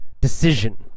decision